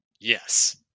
Yes